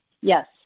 Yes